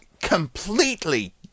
completely